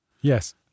Yes